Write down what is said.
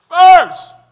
First